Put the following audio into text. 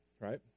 right